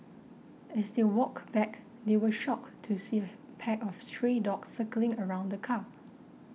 as they walked back they were shocked to see a pack of stray dogs circling around the car